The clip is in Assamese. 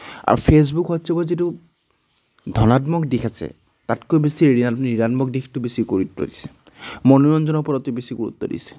আৰু ফেচবুক হোৱাটচেপৰ যিটো ধনাত্মক দিশ আছে তাতকৈ বেছি ঋণা ঋণাত্মক দিশটো বেছি গুৰুত্ব দিছে মনোৰঞ্জনৰ ওপৰত অতি বেছি গুৰুত্ব দিছে